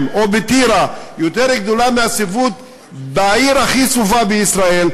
או בטירה יותר גדולה מהצפיפות בעיר הכי צפופה בישראל,